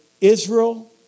Israel